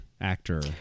actor